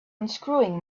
unscrewing